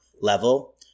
level